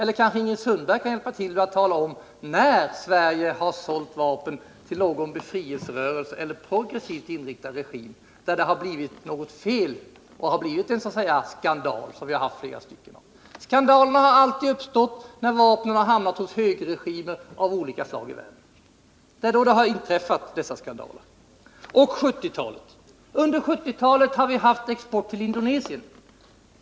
Eller kanske Ingrid Sundberg kan hjälpa till och tala om när Sverige har sålt vapen till någon befrielserörelse eller någon progressivt inriktad regim, när det har blivit något fel och uppstått en skandal? Skandalerna har alltid uppstått när vapnen har hamnat hos högerregimer av olika slag i världen. Under 1970-talet har vi haft export till Indonesien.